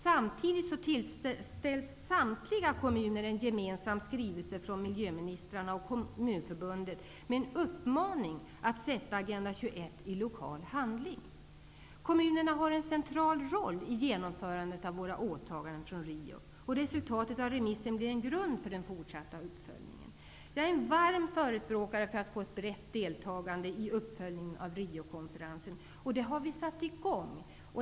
Samtidigt tillställs samtliga kommuner en gemensam skrivelse från miljöministrarna och Kommunförbundet med en uppmaning att omsätta Agenda 21 i lokal handling. Kommunerna har en central roll i genomförandet av våra åtaganden från Rio. Resultatet av remissen blir en grund för den fortsatta uppföljningen. Jag är en varm förespråkare för att få ett brett deltagande i uppföljningen av Rio-konferensen, och det har vi satt i gång.